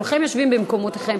כולכם יושבים במקומותיכם.